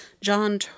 John